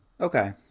Okay